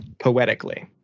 Poetically